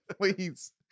Please